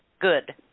good